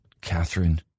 Catherine